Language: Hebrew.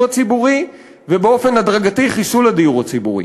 הציבורי ובאופן הדרגתי חיסול הדיור הציבורי